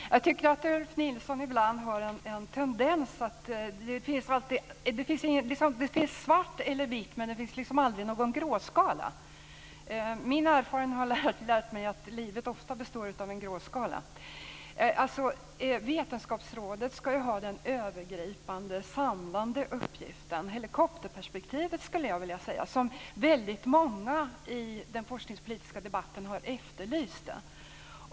Fru talman! Jag tycker att Ulf Nilsson ibland har en viss tendens. Det finns svart eller vitt, men det finns aldrig någon gråskala. Min erfarenhet har lärt mig att livet ofta består av en gråskala. Vetenskapsrådet ska ju ha den övergripande och samlande uppgiften - jag skulle vilja kalla det helikopterperspektiv - som väldigt många i den forskningspolitiska debatten har efterlyst.